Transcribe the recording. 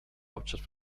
hauptstadt